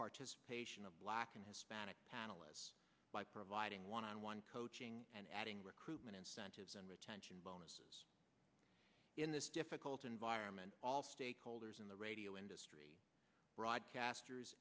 participation of black and hispanic panelists by providing one on one coaching and adding recruitment and retention bonuses in this difficult environment all stakeholders in the radio industry broadcasters